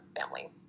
family